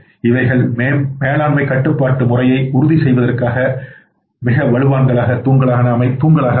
இவைகள் மேலாண்மை கட்டுப்பாட்டு முறையை உறுதி செய்வதற்கான மிக வலுவான தூண்களாக அமையும்